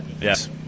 Yes